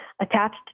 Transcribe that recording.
attached